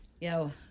Yo